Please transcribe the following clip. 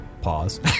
pause